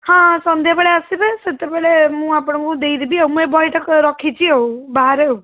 ହଁ ସନ୍ଧ୍ୟା ବେଳେ ଆସିବେ ସେତେବେଳେ ମୁଁ ଆପଣଙ୍କୁ ଦେଇଦେବି ଆଉ ମୁଁ ଏହି ବହିଟା ରଖିଛି ଆଉ ବାହାରେ ଆଉ